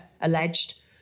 alleged